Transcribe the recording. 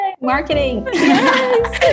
Marketing